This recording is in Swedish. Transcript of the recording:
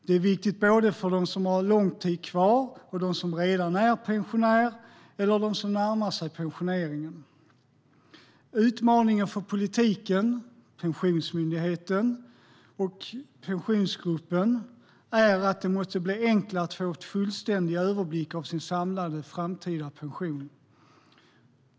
Det är viktigt för dem som har lång tid kvar, för dem som redan är pensionärer och för dem som närmar sig pensioneringen. Utmaningen för politiken, Pensionsmyndigheten och Pensionsgruppen är att det måste bli enklare att få en fullständig överblick över sin samlade framtida pension.